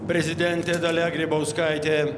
prezidentė dalia grybauskaitė